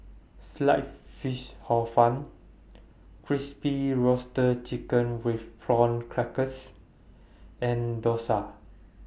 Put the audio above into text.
Sliced Fish Hor Fun Crispy Roasted Chicken with Prawn Crackers and Dosa